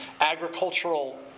agricultural